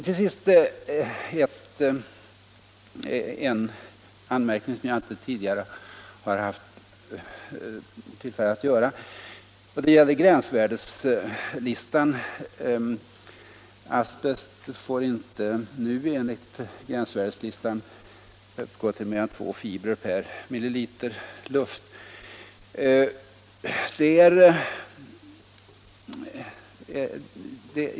Till sist en anmärkning som jag inte tidigare har haft tillfälle att göra. Koncentrationen av asbest får inte nu enligt gränsvärdeslistan uppgå till mer än 2 fibrer per ml luft.